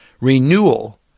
renewal